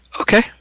Okay